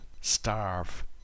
starve